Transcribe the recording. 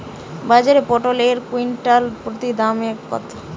বাজারে পটল এর কুইন্টাল প্রতি দাম কত?